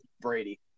Brady